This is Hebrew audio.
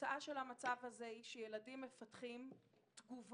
התוצאה של המצב הזה היא שילדים מפתחים תגובות